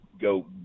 go